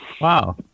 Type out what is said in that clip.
Wow